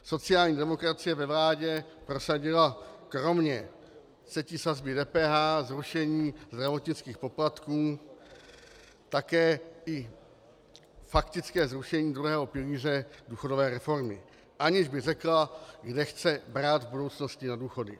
Sociální demokracie ve vládě prosadila kromě třetí sazby DPH a zrušení zdravotnických poplatků také faktické zrušení druhého pilíře důchodové reformy, aniž by řekla, kde chce brát v budoucnosti na důchody.